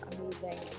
amazing